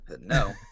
No